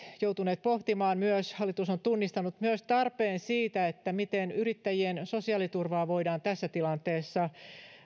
joutuneet pohtimaan ja hallitus on tunnistanut myös tarpeen siitä miten yrittäjien sosiaaliturvaa voidaan tässä tilanteessa